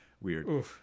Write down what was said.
weird